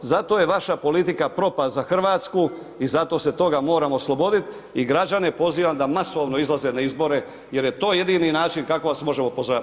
Zato je vaša politika propast za Hrvatsku i zato se toga moramo osloboditi i građane pozivam da masovno izlaze na izbore jer je to jedini način kako vas možemo poraziti.